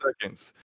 seconds